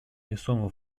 весомый